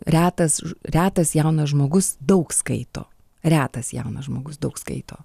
retas retas jaunas žmogus daug skaito retas jaunas žmogus daug skaito